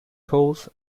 calls